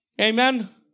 Amen